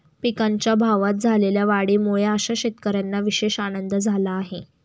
पिकांच्या भावात झालेल्या वाढीमुळे अशा शेतकऱ्यांना विशेष आनंद झाला आहे